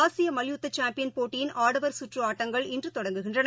ஆசியமல்யுத்தசாம்பியன் போட்டியின் ஆடவர் கற்றுஆட்டங்கள் இன்றுதொடங்குகின்றன